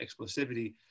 explosivity